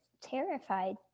terrified